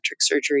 surgery